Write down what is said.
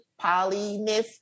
polyness